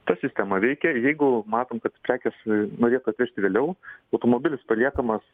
ta sistema veikia ir jeigu matom kad prekes norėtų atvežti vėliau automobilis paliekamas